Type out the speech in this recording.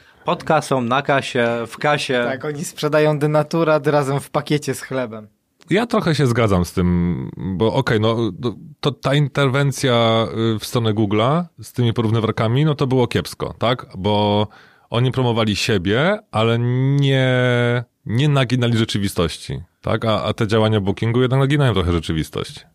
Pod kasą, na kasie, w kasie. Tak, oni sprzedają denaturat razem w pakiecie z chlebem. Ja trochę się zgadzam z tym, bo okej, no, to- to ta interwencja, y, w stronę Googla z tymi porównywarkami, no to było kiepsko, tak? Bo oni promowali siebie, ale nie- nie naginali rzeczywistości, tak? A- a te działania Bookingu jednak naginają trochę rzeczywistość.